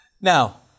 Now